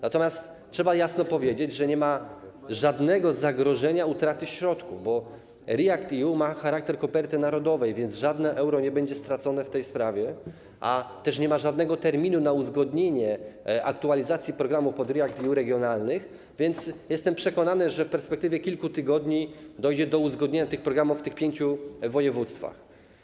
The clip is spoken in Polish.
Natomiast trzeba jasno powiedzieć, że nie ma żadnego zagrożenia utraty środków, bo REACT-EU ma charakter koperty narodowej, więc żadne euro nie będzie stracone w tej sprawie, a nie ma też żadnego terminu dotyczącego uzgodnienia aktualizacji programów regionalnych REACT-EU, więc jestem przekonany, że w perspektywie kilku tygodni dojdzie do uzgodnienia tych programów w tych pięciu województwach.